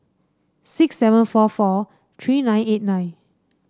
six seven four four three nine eight nine